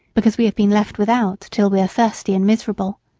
because we have been left without till we are thirsty and miserable.